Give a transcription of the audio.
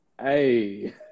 Hey